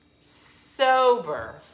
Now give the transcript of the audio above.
Sober